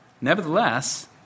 nevertheless